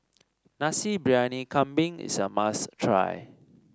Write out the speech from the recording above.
Nasi Briyani Kambing is a must try